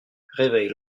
réveille